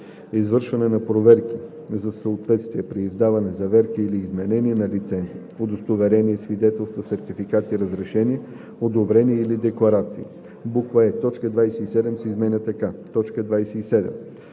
извършване на проверки за съответствие, преиздаване, заверка или изменение на лицензи, удостоверения, свидетелства, сертификати, разрешения, одобрения или декларации;“ е) точка 27 се изменя така: